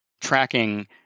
tracking